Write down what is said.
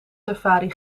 safari